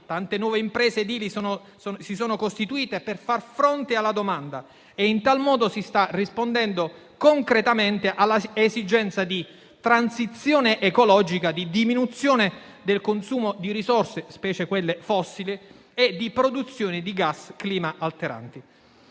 tante nuove imprese edili si sono costituite per far fronte alla domanda e in tal modo si sta rispondendo concretamente all'esigenza di transizione ecologica e di diminuzione del consumo di risorse, specie quelle fossili, e di produzione di gas climalteranti.